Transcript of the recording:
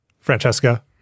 Francesca